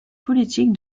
politique